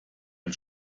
ein